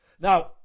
Now